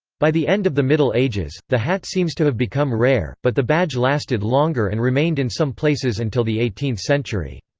by the end of the middle ages, the hat seems to have become rare, but the badge lasted longer and remained in some places until the eighteenth century.